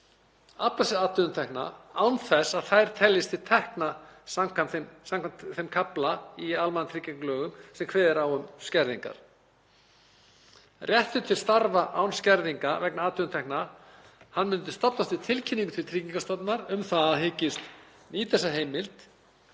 aflað sér atvinnutekna án þess að þær teljist til tekna samkvæmt þeim kafla í almannatryggingalögum sem kveður á um skerðingar. Réttur til starfa án skerðinga vegna atvinnutekna myndi stofnast við tilkynningu til Tryggingastofnunar um að hann hyggist nýta þessa heimild